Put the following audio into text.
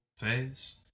phase